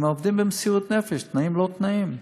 הם עובדים במסירות נפש, בתנאים-לא-תנאים.